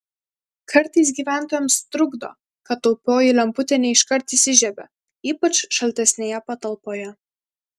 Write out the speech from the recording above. kartais gyventojams trukdo kad taupioji lemputė ne iškart įsižiebia ypač šaltesnėje patalpoje